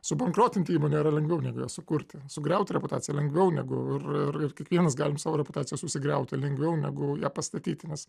subankrotinti įmonę yra lengviau negują sukurti sugriauti reputaciją lengviau negu ir ir kiekvienas galim savo reputaciją sugriauti lengviau negu pastatyti nes